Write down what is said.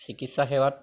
চিকিৎসাসেৱাত